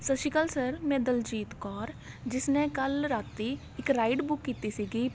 ਸਤਿ ਸ਼੍ਰੀ ਅਕਾਲ ਸਰ ਮੈਂ ਦਲਜੀਤ ਕੌਰ ਜਿਸ ਨੇ ਕੱਲ੍ਹ ਰਾਤ ਇੱਕ ਰਾਈਡ ਬੁੱਕ ਕੀਤੀ ਸੀਗੀ